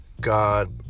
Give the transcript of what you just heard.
God